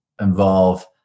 involve